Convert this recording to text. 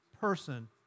person